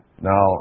Now